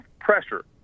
pressure